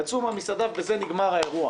אנשים יוצאים מן המסעדה, ובזה נגמר האירוע